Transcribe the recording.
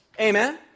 Amen